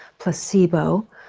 placebo,